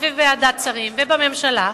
בוועדת השרים ובממשלה,